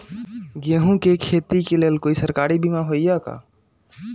गेंहू के खेती के लेल कोइ सरकारी बीमा होईअ का?